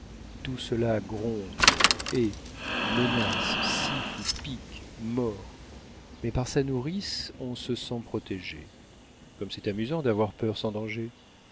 tout cela gronde hait menace siffle pique mord mais par sa nourrice on se sent protéger comme c'est amusant d'avoir peur sans danger